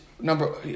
Number